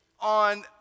on